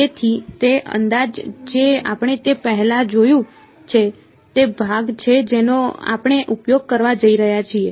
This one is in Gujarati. તેથી તે અંદાજ જે આપણે તે પહેલા જોયું છે તે ભાગ છે જેનો આપણે ઉપયોગ કરવા જઈ રહ્યા છીએ